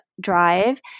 drive